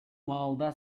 маалда